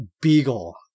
beagle